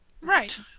Right